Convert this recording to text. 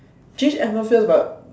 change atmosphere but